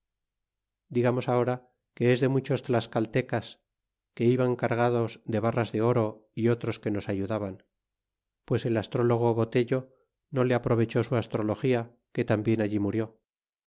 ra corles carta ii caltecas que iban cargados de barras de oro y otros que nos ayudaban pues el astrólogo boten no le aprovechó su astrología que tambien allí murió